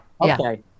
Okay